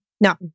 No